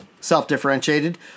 self-differentiated